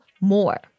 more